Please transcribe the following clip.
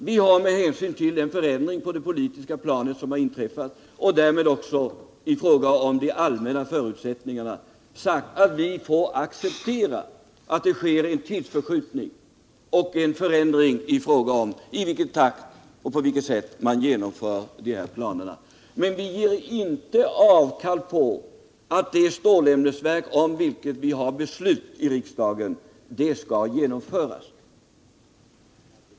Vi har med hänsyn till den förändring som har inträffat på det politiska planet, och därmed också i fråga om de allmänna förutsättningarna, sagt att vi får acceptera att det sker en tidsförskjutning, en förändring i fråga om i vilken takt och på vilket sätt planerna skall genomföras. Men vi ger inte avkall på att det stålämnesverk om vilket vi har fattat beslut i riksdagen skall genomföras.